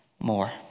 more